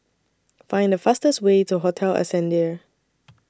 Find The fastest Way to Hotel Ascendere